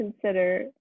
consider